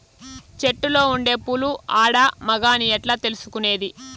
చెట్టులో ఉండే పూలు ఆడ, మగ అని ఎట్లా తెలుసుకునేది?